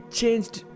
changed